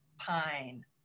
pine